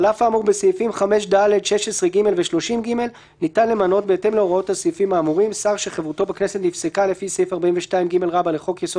יבוא: "(ג)מי שחברותו בכנסת נפסקה לפי סעיף 42ג(א) ו־(ב),